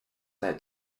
their